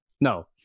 no